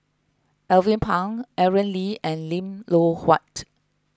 Alvin Pang Aaron Lee and Lim Loh Huat